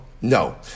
No